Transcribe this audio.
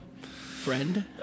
friend